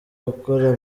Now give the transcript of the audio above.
ugakora